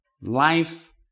Life